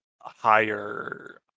higher